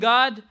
God